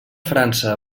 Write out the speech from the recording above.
frança